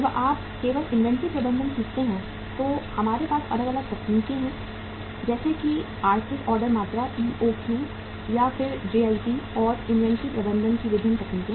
जब आप केवल इन्वेंट्री प्रबंधन सीखते हैं तो हमारे पास अलग अलग तकनीकें होती हैं जैसे कि आर्थिक ऑर्डर मात्रा EOQ और फिर जेआईटी और इन्वेंट्री प्रबंधन की विभिन्न तकनीकें